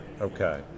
Okay